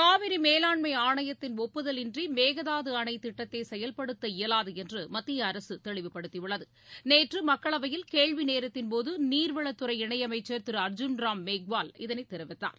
காவிரி மேலாண்மை ஆணையத்தின் ஒப்புதல் இன்றி மேகதாது அணை திட்டத்தை செயல்படுத்த இயலாது என்று மத்திய அரசு தெளிவுப்படுத்தி உள்ளது நேற்று மக்களவையில் கேள்வி நேரத்தின்போது நீர்வளத்துறை இணையமைச்சர் திரு அர்ஜுன்ராம் மேக்வால்இதனை தெரிவித்தார்